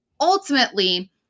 ultimately